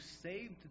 saved